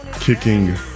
kicking